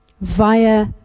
via